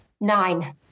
Nine